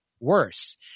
worse